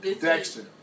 Dexter